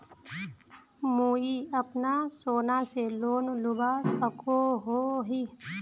मुई अपना सोना से लोन लुबा सकोहो ही?